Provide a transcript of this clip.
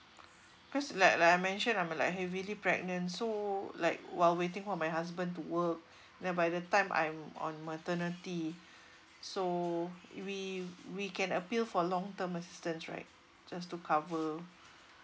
cause like like I mention I'm like heavily pregnant so like while waiting for my husband to work then by the time I'm on maternity so if we we can appeal for long term assistance right just to cover